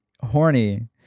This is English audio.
horny